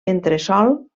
entresòl